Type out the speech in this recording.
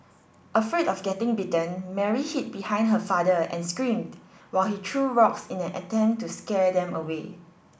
afraid of getting bitten Mary hid behind her father and screamed while he threw rocks in an attempt to scare them away